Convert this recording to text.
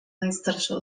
najstarsza